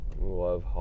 love